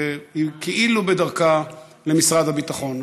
והיא כאילו בדרכה למשרד הביטחון.